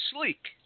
sleek